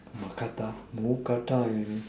wakata mookata you mean